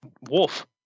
Wolf